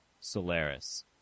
Solaris